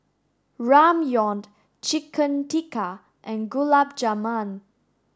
Ramyeon Chicken Tikka and Gulab Jamun